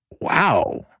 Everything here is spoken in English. Wow